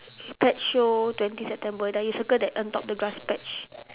pet show twenty september then you circle that on top the grass patch